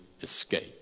escape